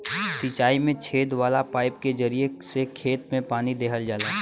सिंचाई में छेद वाला पाईप के जरिया से खेत में पानी देहल जाला